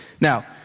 Now